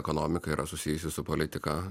ekonomika yra susijusi su politika